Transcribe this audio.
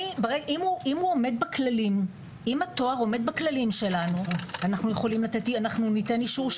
אם התואר עומד בכללים שלנו, אנחנו ניתן אישור.